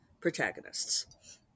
protagonists